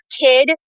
kid